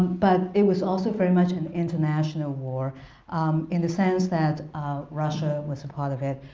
but it was also very much an international war in the sense that russia was a part of it,